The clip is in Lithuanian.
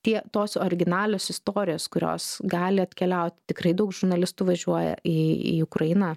tie tos originalios istorijos kurios gali atkeliaut tikrai daug žurnalistų važiuoja į į ukrainą